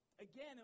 Again